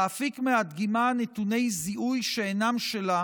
להפיק מהדגימה נתוני זיהוי שאינם שלה